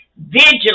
vigilant